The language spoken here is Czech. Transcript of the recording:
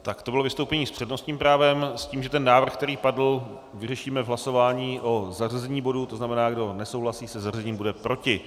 Tak to bylo vystoupení s přednostním právem, s tím, že ten návrh, který padl, vyřešíme v hlasování o zařazení bodu, to znamená, kdo nesouhlasí se zařazením, bude proti.